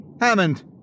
Hammond